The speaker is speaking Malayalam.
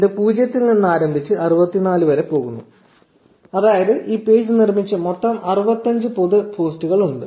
ഇത് 0 ൽ നിന്ന് ആരംഭിച്ച് 64 വരെ പോകുന്നു അതായത് ഈ പേജ് നിർമ്മിച്ച മൊത്തം 65 പൊതു പോസ്റ്റുകൾ ഉണ്ട്